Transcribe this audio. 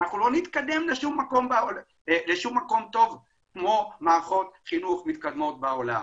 לא נתקדם לשום מקום טוב כמו מערכות חינוך מתקדמות בעולם.